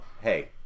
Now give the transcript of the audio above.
hey